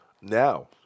Now